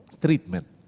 treatment